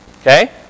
Okay